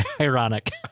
ironic